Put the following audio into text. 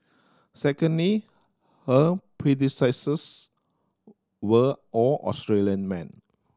secondly her predecessors were all Australian men